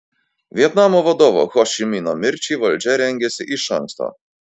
vietnamo vadovo ho ši mino mirčiai valdžia rengėsi iš anksto